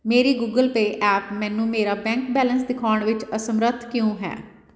ਮੇਰੀ Google Pay app ਮੈਨੂੰ ਮੇਰਾ ਬੈਂਕ ਬੈਲੇਂਸ ਦਿਖਾਉਣ ਵਿੱਚ ਅਸਮਰੱਥ ਕਿਉਂ ਹੈ